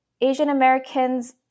Asian-Americans